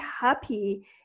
happy